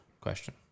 Question